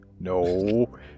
No